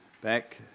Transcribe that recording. back